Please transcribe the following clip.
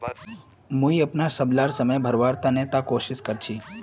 मुई अपनार सबला समय त भरवार कोशिश कर छि